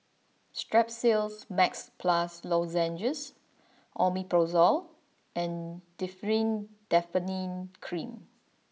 Strepsils Max Plus Lozenges Omeprazole and Differin Adapalene Cream